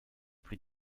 plus